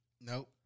Nope